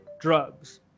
drugs